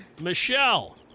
Michelle